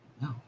No